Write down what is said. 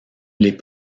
les